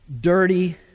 dirty